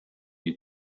die